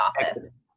office